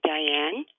Diane